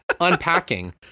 unpacking